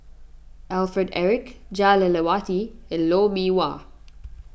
Alfred Eric Jah Lelawati and Lou Mee Wah